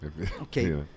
Okay